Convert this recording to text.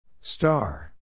Star